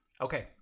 Okay